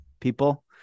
people